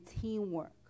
teamwork